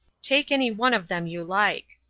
take any one of them you like.